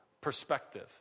perspective